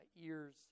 ears